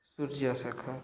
ସୂର୍ଯ୍ୟ ଶାଖା